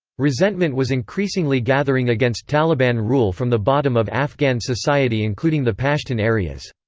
resentment was increasingly gathering against taliban rule from the bottom of afghan society including the pashtun areas.